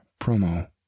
Promo